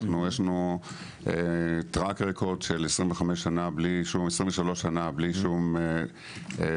יש לנו טרק רקורד של 23 שנה בלי שום פסילה,